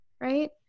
Right